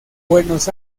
buenos